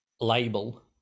label